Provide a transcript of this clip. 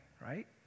right